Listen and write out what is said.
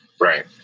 Right